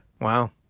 wow